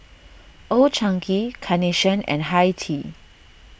Old Chang Kee Carnation and Hi Tea